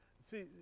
See